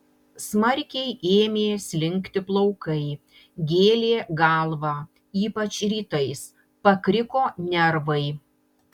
smarkiai ėmė slinkti plaukai gėlė galvą ypač rytais pakriko nervai